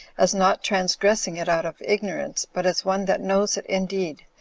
as not transgressing it out of ignorance, but as one that knows it indeed,